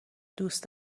دوست